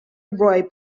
roy